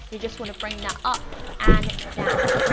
you just wanna bring that up and down.